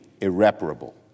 irreparable